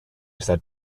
said